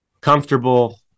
comfortable